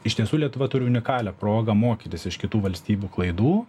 iš tiesų lietuva turi unikalią progą mokytis iš kitų valstybių klaidų